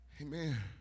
Amen